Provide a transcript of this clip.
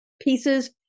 pieces